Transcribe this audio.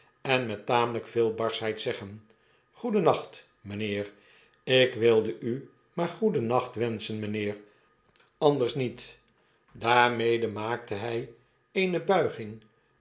en met tamelijk veel barschheid zeggen goedennacht mijnheer ik wilde u maar goedennacht wenschen mijnheer anders niet daarmede maakte hy eene buiging